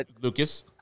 Lucas